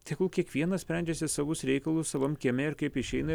tegul kiekvienas sprendžiasi savus reikalus savam kieme ir kaip išeina